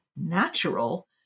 natural